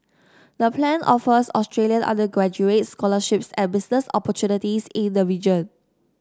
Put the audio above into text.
the plan offers Australian undergraduates scholarships and business opportunities in the region